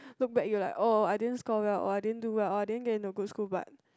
look back you like oh I didn't score well oh I didn't do well oh I didn't get in a good school but